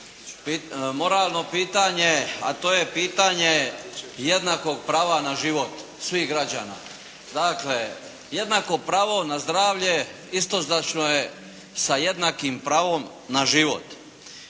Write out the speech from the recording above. moralno pitanje a to je pitanje jednakog prava na život svih građana. Dakle, jednako pravo na zdravlje istoznačno je sa jednakim pravom na život.